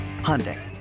Hyundai